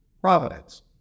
Providence